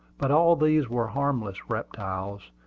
but all these were harmless reptiles,